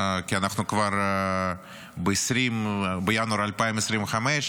כי אנחנו כבר ב-20 בינואר 2025,